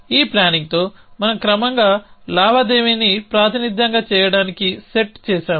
ఈ ప్లానింగ్తో మనం క్రమంగా లావాదేవీని ప్రాతినిధ్యంగా చేయడానికి సెట్ చేసాము